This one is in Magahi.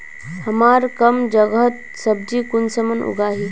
हमार कम जगहत सब्जी कुंसम उगाही?